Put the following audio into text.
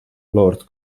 lord